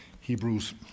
Hebrews